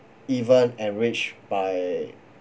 even enriched by